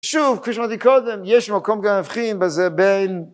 שוב, כפי שאמרתי קודם, יש מקום גם להבחין בזה בין...